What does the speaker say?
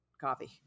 coffee